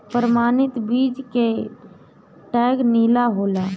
प्रमाणित बीज के टैग नीला होला